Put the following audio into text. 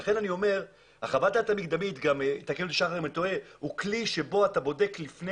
לכן אני אומר שחוות הדעת המקדמית היא כלי בו אתה בודק לפני